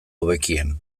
hobekien